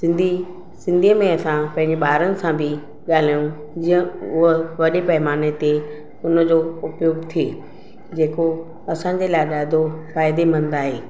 सिंधी सिंधीअ में असां पंहिंजे ॿारनि सां बि ॻाल्हायूं जीअं उहो वॾे पैमाने ते हुनजो उपयोग थिए जेको असांजे लाइ ॾाढो फ़ाइदेमंद आहे